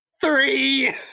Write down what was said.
Three